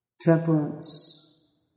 temperance